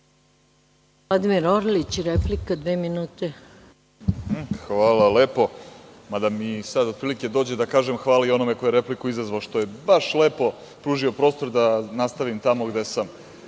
Vladimir Orlić, replika, dve minute. **Vladimir Orlić** Hvala lepo. Mada mi sad otprilike dođe da kažem – hvala i onome ko je repliku i izazvao, što je baš lepo pružio prostor da nastavim tamo gde sam